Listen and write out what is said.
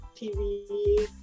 TV